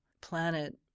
planet